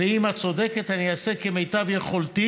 ואם את צודקת, אני אעשה כמיטב יכולתי